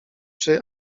czy